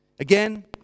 Again